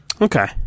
Okay